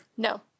No